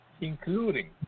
including